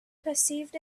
perceived